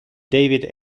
david